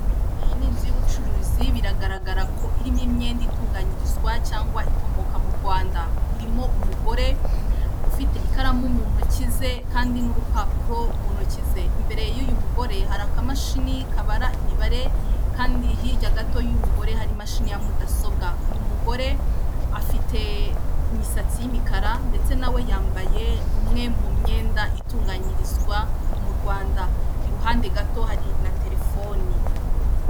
Iyi ni inzu y'ubucuruzi, biragaragara ko irimo imyenda itunganyirizwa cyangwa ikomoka mu Rwanda. Irimo umugore ufite ikaramu mu ntoki ze, kandi n'urupapuro mu ntoki ze. Imbere y'uyu mugore hari akamashini kabara imibare, kandi hirya gato y'uyu mugore hari imashini ya mudasobwa. Uyu mugore afite imisatsi y'imikara, ndetse na we yambaye umwe mu myenda itunganyirizwa mu Rwanda. Iruhande gato hari na telefoni.